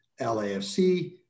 LAFC